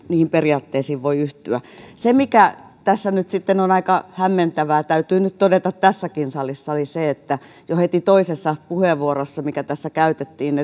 niihin periaatteisiin voi yhtyä se mikä tässä nyt sitten on aika hämmentävää täytyy nyt todeta tässäkin salissa on se että jo heti toisessa puheenvuorossa mikä tässä käytettiin